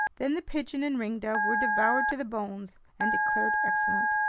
then the pigeon and ringdove were devoured to the bones and declared excellent.